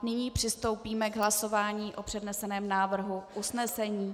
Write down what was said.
Nyní přistoupíme k hlasování o předneseném návrhu usnesení.